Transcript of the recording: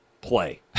play